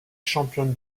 championne